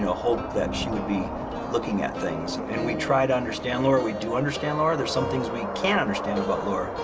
hope that she'd be looking at things. and we try to understand laura. we do understand laura. there's some things we can't understand about laura.